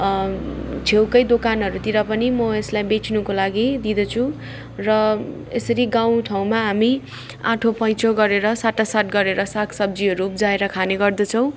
छेउकै दोकानहरूतिर पनि म यसलाई बेच्नुको लागि दिँदछु र यसरी गाउँ ठाउँमा हामी आठो पैँचो गरेर साटासाट गरेर साग सब्जीहरू उब्जाएर खाने गर्दछौँ